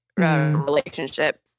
relationship